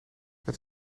het